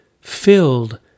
filled